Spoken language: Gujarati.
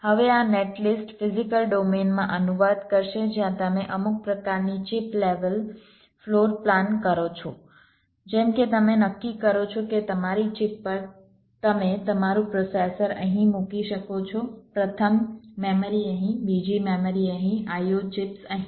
હવે આ નેટ લિસ્ટ ફિઝીકલ ડોમેનમાં અનુવાદ કરશે જ્યાં તમે અમુક પ્રકારની ચિપ લેવલ ફ્લોર પ્લાન કરો છો જેમ કે તમે નક્કી કરો છો કે તમારી ચિપ પર તમે તમારું પ્રોસેસર અહીં મૂકી શકો છો પ્રથમ મેમરી અહીં બીજી મેમરી અહીં IO ચિપ્સ અહીં